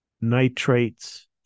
nitrates